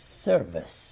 service